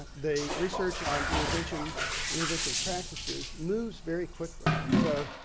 the research on intervention intervention practices moves very quickly. so,